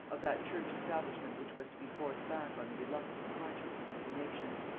of that church establishment which was to be forced back on the reluctant consciences of the nation.